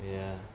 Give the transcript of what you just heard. ya